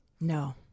No